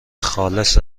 خالص